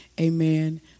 Amen